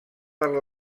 per